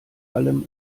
allem